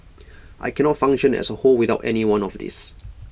I cannot function as A whole without any one of these